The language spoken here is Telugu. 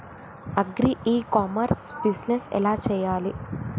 అగ్రి ఇ కామర్స్ బిజినెస్ ఎలా చెయ్యాలి?